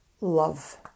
love